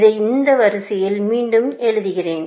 இதை இந்த வரிசையில் மீண்டும் எழுதுகிறேன்